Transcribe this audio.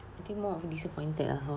I think more of a disappointed ah hor